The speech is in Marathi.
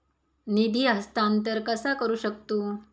निधी हस्तांतर कसा करू शकतू?